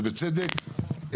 ובצדק,